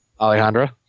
alejandra